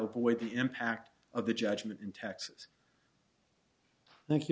avoid the impact of the judgment in texas thank you